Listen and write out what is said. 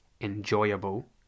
enjoyable